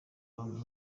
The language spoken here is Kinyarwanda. bamwe